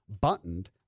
buttoned